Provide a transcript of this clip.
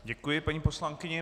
Děkuji paní poslankyni.